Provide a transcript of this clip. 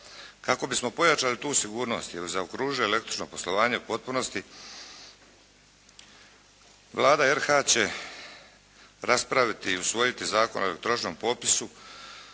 Kako bismo pojačali tu sigurnost jer zaokružuje električno poslovanje u potpunosti, Vlada RH će raspraviti i usvojiti Zakon o elektroničkom potpisu